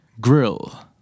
grill